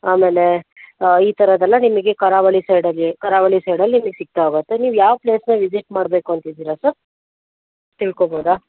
ಆಮೇಲೆ ಈ ಥರದ್ದೆಲ್ಲ ನಿಮಗೆ ಕರಾವಳಿ ಸೈಡಲ್ಲಿ ಕರಾವಳಿ ಸೈಡಲ್ಲಿ ನಿಮಗೆ ಸಿಗ್ತಾ ಹೋಗುತ್ತೆ ನೀವು ಯಾವ ಪ್ಲೇಸ್ನ ವಿಸಿಟ್ ಮಾಡಬೇಕು ಅಂತ ಇದ್ದೀರ ಸರ್ ತಿಳ್ಕೋಬೋದ